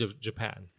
Japan